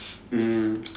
um